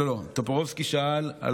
לא, לא, חבר הכנסת טופורובסקי שאל על